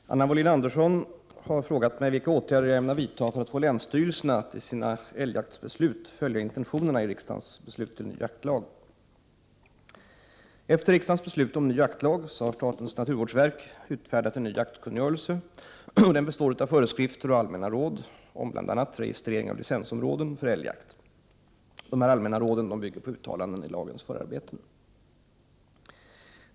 Herr talman! Anna Wohlin-Andersson har frågat mig vilka åtgärder jag ämnar vidta för att få länsstyrelserna att i sina älgjaktsbeslut följa intentionerna i riksdagens beslut om ny jaktlag. Efter riksdagens beslut om ny jaktlag har statens naturvårdsverk utfärdat en ny jaktkungörelse. Kungörelsen består av föreskrifter och allmänna råd om bl.a. registrering av licensområden för älgjakt. De allmänna råden bygger på uttalanden i lagens förarbeten.